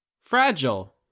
fragile